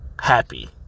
happy